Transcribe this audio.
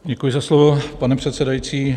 Děkuji za slovo, pane předsedající.